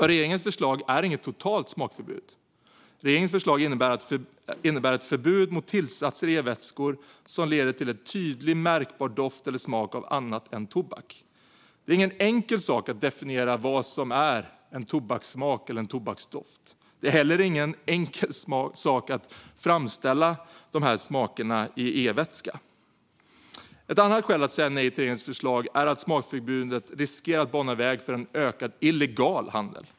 Regeringens förslag innebär nämligen inget totalt smakförbud. Regeringens förslag innebär ett förbud mot tillsatser i e-vätskor som leder till en tydligt märkbar doft eller smak av annat än tobak. Det är ingen enkel sak att definiera vad som är en tobakssmak eller tobaksdoft. Det är heller ingen enkel sak att framställa de här smakerna i e-vätska. Ett annat skäl att säga nej till regeringens förslag är att ett smakförbud riskerar att bana väg för ökad illegal handel.